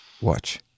Watch